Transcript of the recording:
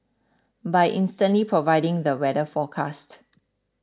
by instantly providing the weather forecast